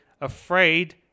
afraid